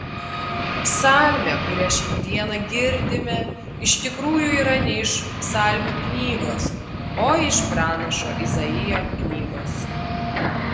psalmė kurią šiandieną girdime iš tikrųjų yra ne iš psalmių knygos o iš pranašo izaijo knygos